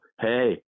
hey